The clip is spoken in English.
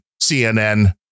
CNN